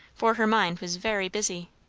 for her mind was very busy.